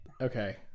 Okay